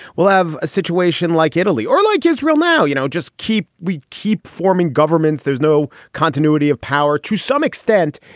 we'll have a situation like italy or like israel. now, you know, just keep we keep forming governments. there's no continuity of power to some extent.